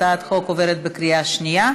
הצעת החוק עוברת בקריאה שנייה.